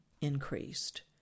increased